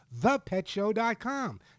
thepetshow.com